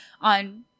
on